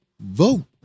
vote